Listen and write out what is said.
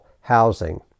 housing